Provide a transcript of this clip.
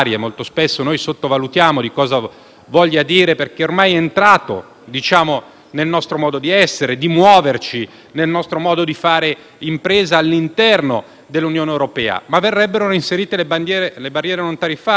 significhi, perché ormai è entrato nel nostro modo di essere e di muoverci, nel nostro modo di fare impresa all'interno dell'Unione europea. Verrebbero inserite le barriere non tariffarie e questo vorrebbe dire le dogane; comporterebbe